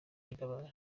riderman